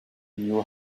knew